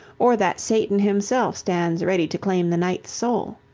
or that satan himself stands ready to claim the knight's soul?